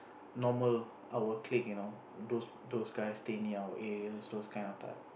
normal our clique you know those those guys stay near our areas those kind of type